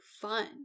fun